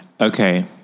Okay